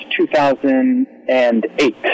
2008